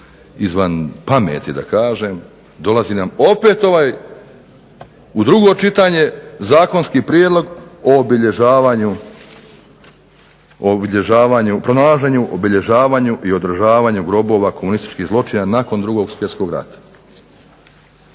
izvan pameti da kažem dolazi nam opet ovaj u drugo čitanje zakonski prijedlog o pronalaženju, obilježavanju i održavanju grobova komunističkih zločina nakon Drugog svjetskog rata.